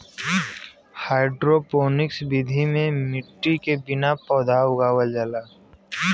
hydroponics विधि में मट्टी के बिना पौधा उगावल जाला